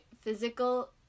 physical